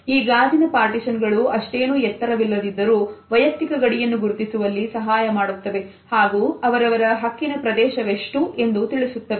ಈ ಗಾಜಿನ ಪಾರ್ಟಿಷನ್ ಗಳು ಅಷ್ಟೇನೂ ಎತ್ತರವಿಲ್ಲದಿದ್ದರೂ ವೈಯಕ್ತಿಕ ಗಡಿಯನ್ನು ಗುರುತಿಸುವಲ್ಲಿ ಸಹಾಯ ಮಾಡುತ್ತವೆ ಹಾಗೂ ಅವರವರ ಹಕ್ಕಿನ ಪ್ರದೇಶವೇಷ್ಟು ಎಂದು ತಿಳಿಸುತ್ತವೆ